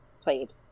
played